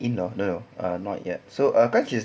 in law no not yet so ah cause she